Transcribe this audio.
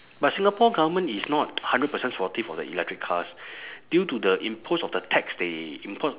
but singapore government is not hundred percent supportive of the electric cars due to the impose of the tax they impose